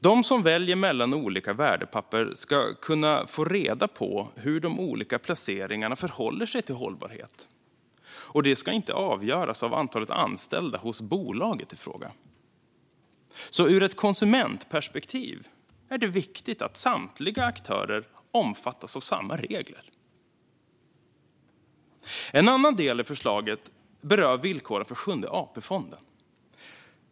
De som väljer mellan olika värdepapper ska kunna få reda på hur de olika placeringar förhåller sig till hållbarhet, och det ska inte avgöras av antalet anställda hos bolaget i fråga. Ur ett konsumentperspektiv är det viktigt att samtliga aktörer omfattas av samma regler. En annan del i förslaget berör villkoren för Sjunde AP-fonden.